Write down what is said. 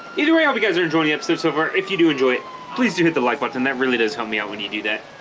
either way hope you guys are enjoying the episode so far if you do enjoy it please do hit the like button that really does help me out when you do that